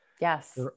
Yes